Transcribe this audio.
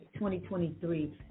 2023